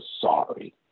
sorry